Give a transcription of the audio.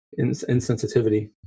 insensitivity